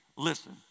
Listen